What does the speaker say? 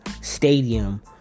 stadium